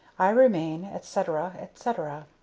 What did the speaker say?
i remain, etc, etc.